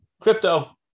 Crypto